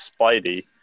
Spidey